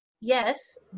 Yes